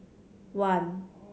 one